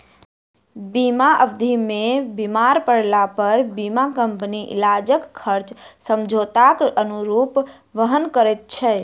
बीमा अवधि मे बीमार पड़लापर बीमा कम्पनी इलाजक खर्च समझौताक अनुरूप वहन करैत छै